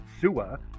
sewer